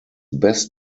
best